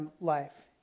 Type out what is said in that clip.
life